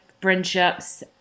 friendships